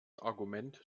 argument